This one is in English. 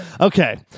Okay